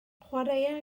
chwaraea